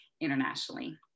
internationally